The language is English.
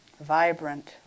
vibrant